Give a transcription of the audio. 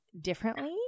differently